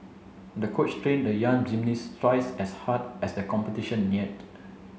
the coach trained the young gymnast twice as hard as the competition neared